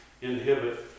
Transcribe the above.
inhibit